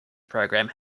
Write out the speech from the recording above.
programme